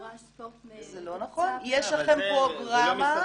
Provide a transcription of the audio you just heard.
יש פרוגרמה,